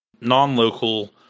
non-local